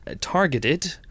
targeted